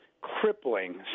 crippling